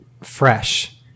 fresh